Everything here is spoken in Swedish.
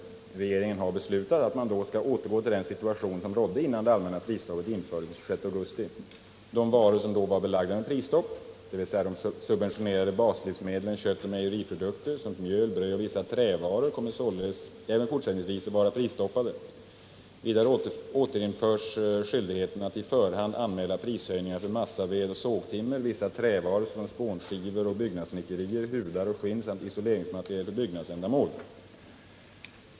Regeringen har beslutat att man då skall återgå till den situation som rådde innan det allmänna prisstoppet infördes den 26 augusti. De varor som då var belagda med prisstopp, dvs. de subventionerade baslivsmedlen köttoch mejeriprodukter samt mjöl, bröd och vissa trävaror, kommer således även fortsättningsvis att vara prisstoppade. Vidare återinförs skyldigheten att i förhand anmäla prishöjningar för massaved och sågtimmer, vissa trävaror såsom spånskivor och byggnadssnickerier, hudar och skinn samt isoleringsmaterial för byggnadsändamål.